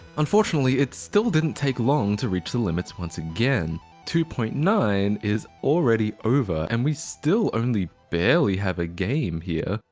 unfortunately, it still didn't take long to reach the limits once again. two point nine is already over and we still only barely have a game here.